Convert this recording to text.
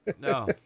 no